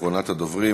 אחרונת הדוברים,